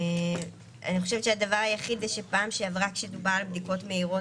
אני חושבת שהדבר היחיד זה שפעם שעברה כשדובר על בדיקות מהירות,